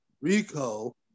Rico